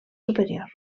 superior